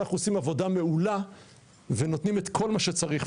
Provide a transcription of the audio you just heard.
כשאנחנו עושים עבודה מעולה ונותנים את כל מה שצריך,